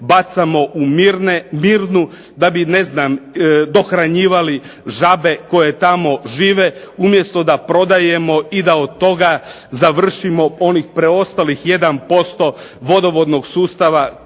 bacamo u Mirnu, da bi ne znam dohranjivali žabe koje tamo žive umjesto da prodajemo i da od toga završimo onih preostalih 1% vodovodnog sustava